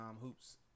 Hoops